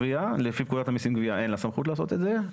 לפי פקודת המסים (גבייה) אין לה סמכות לעשות את זה,